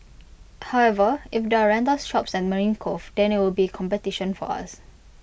however if there are rental shops at marine Cove then IT would be competition for us